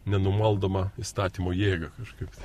nenumaldomą įstatymo jėgą kažkaip tai